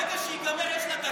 ברגע שייגמר, יש לה דקה להצביע.